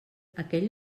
aquell